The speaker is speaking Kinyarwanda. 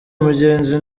mugenzi